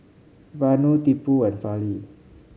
Vanu Tipu and Fali